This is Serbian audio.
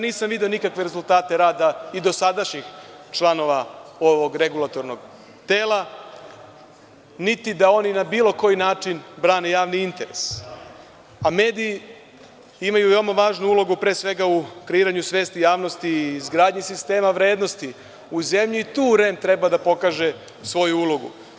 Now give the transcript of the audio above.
Nisam video nikakve rezultate rada i dosadašnjih članova ovog regulatornog tela, niti da oni na bilo koji način brane javni interes, a mediji imaju veoma važnu ulogu pre svega u kreiranju svesti javnosti i izgradnji sistema vrednosti u zemlji i tu REM treba da pokaže svoju ulogu.